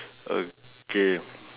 okay